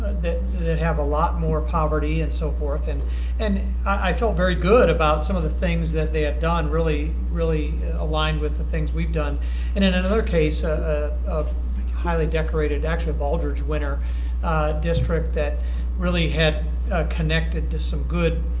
that have a lot more poverty and so forth and and i felt very good about some of the things that they had done. really, really align with the things we've done and in another case a highly decorated, actually a baldrige winner district that really had connected to some good